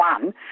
one